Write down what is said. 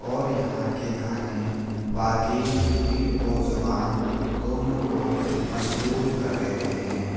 اور یہاں کے کھانے واقعی دل اور زبان دونوں کو مسرور کر دیتے ہیں